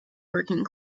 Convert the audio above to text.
working